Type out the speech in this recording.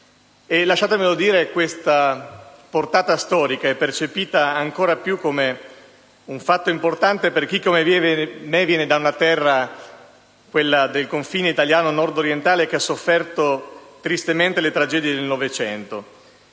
Lasciatemi dire che questa portata storica è percepita ancora più come un fatto importante per chi, come me, viene da una terra, quella del confine italiano nordorientale, che ha sofferto tristemente le tragedie del Novecento.